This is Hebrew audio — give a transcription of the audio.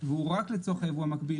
והוא רק לצורך הייבוא המקביל,